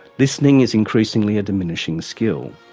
listening is increasingly a diminishing skill.